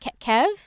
Kev